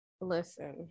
Listen